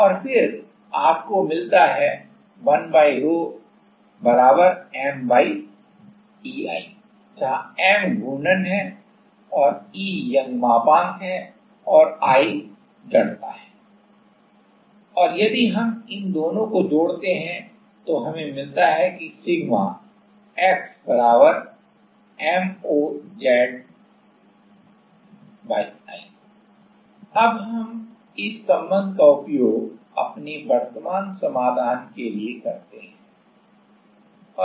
और फिर आपको मिलता है कि 1rho MEI जहां M घूर्णन है और E यंग मापांक है और I जड़ता है और यदि हम इन दोनों को जोड़ते हैं तो हमें मिलता है कि सिग्मा x M0z I अब हम इस संबंध का उपयोग अपने वर्तमान समाधान के लिए करने जा रहे हैं